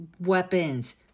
weapons